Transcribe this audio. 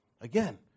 Again